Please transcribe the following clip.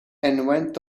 went